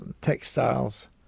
textiles